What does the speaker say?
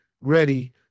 ready